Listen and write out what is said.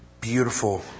beautiful